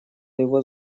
его